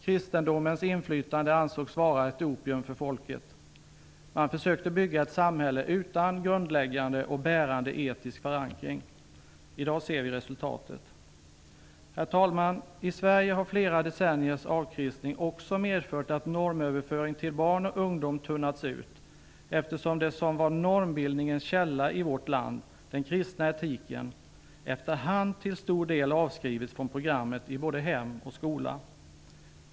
Kristendomens inflytande ansågs vara ett opium för folket. Man försökte bygga ett samhälle utan grundläggande och bärande etisk förankring. I dag ser vi resultatet. Herr talman! I Sverige har flera decenniers avkristning också medfört att normöverföringen till barn och ungdomar har tunnats ut. Det som var normbildningens källa i vårt land, den kristna etiken, har efterhand till stor del avskrivits från programmet i både hem och skola.